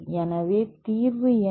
எனவே தீர்வு என்ன